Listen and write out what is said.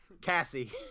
Cassie